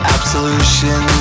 Absolution